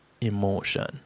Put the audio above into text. emotion